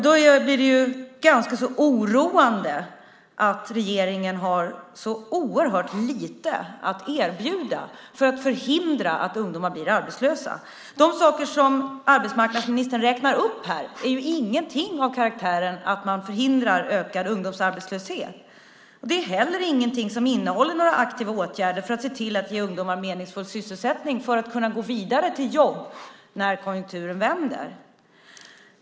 Då blir det ganska oroande att regeringen har så oerhört lite att erbjuda för att förhindra att ungdomar blir arbetslösa. De saker som arbetsmarknadsministern räknar upp här är ju inte av karaktären att man förhindrar ökad ungdomsarbetslöshet. Det är heller ingenting som innehåller några aktiva åtgärder för att se till att ge ungdomar meningsfull sysselsättning så att de kan gå vidare till jobb när konjunkturen vänder.